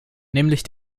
nämlich